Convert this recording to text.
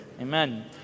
Amen